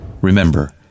Remember